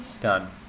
Done